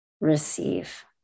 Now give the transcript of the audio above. receive